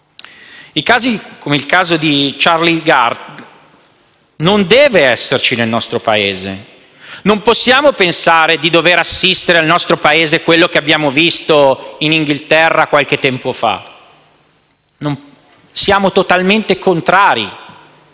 I casi come quello di Charlie Gard non devono esserci nel nostro Paese. Non possiamo pensare di dover assistere nel nostro Paese a ciò che abbiamo visto in Inghilterra qualche tempo fa. Siamo totalmente contrari